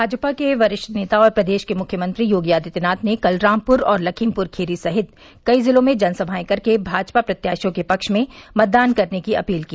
भाजपा के वरिष्ठ नेता और प्रदेश के मुख्यमंत्री योगी आदित्यनाथ ने कल रामपुर और लखीमपुर खीरी सहित कई जिलों में जनसभाएं कर भाजपा प्रत्याशियों के पक्ष में मतदान करने की अपील की